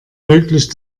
möglich